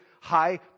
high